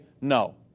no